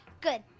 Good